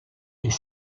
est